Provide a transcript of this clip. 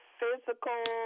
physical